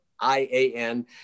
i-a-n